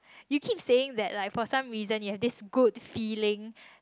you keep saying that like for some reason you have this good feeling